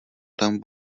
tam